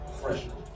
freshman